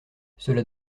cela